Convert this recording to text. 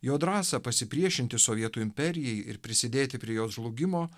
jo drąsą pasipriešinti sovietų imperijai ir prisidėti prie jos žlugimo